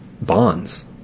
bonds